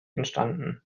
entstanden